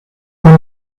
und